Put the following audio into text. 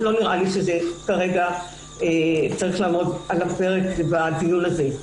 נראה לי שכרגע זה לא צריך לעמוד על הפרק בדיון הזה.